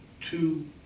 two